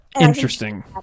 Interesting